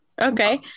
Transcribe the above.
Okay